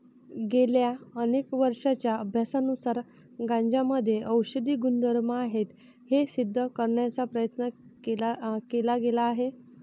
गेल्या अनेक वर्षांच्या अभ्यासानुसार गांजामध्ये औषधी गुणधर्म आहेत हे सिद्ध करण्याचा प्रयत्न केला गेला आहे